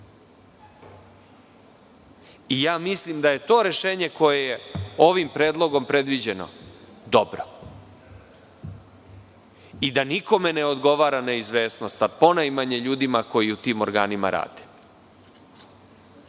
mehanizam. Mislim da je to rešenje koje je ovim predlogom predviđeno dobro i da nikome ne odgovara neizvesnost, pa ponajmanje ljudima koji u tim organima rade.